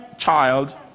child